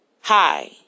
Hi